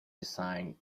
design